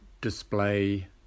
display